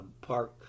Park